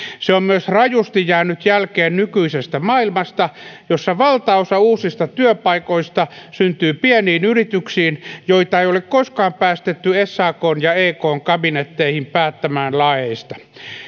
se on myös rajusti jäänyt jälkeen nykyisestä maailmasta jossa valtaosa uusista työpaikoista syntyy pieniin yrityksiin joita ei ole koskaan päästetty sakn ja ekn kabinetteihin päättämään laeista